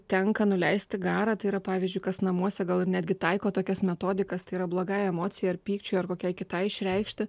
tenka nuleisti garą tai yra pavyzdžiui kas namuose gal ir netgi taiko tokias metodikas tai yra blogai emocijai ar pykčiui ar kokiai kitai išreikšti